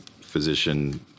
physician